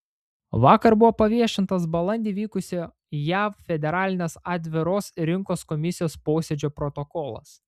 vakar buvo paviešintas balandį vykusio jav federalinės atviros rinkos komisijos posėdžio protokolas